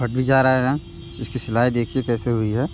फट भी जा रहे हैं इसकी सिलाई देखिए कैसे हुई है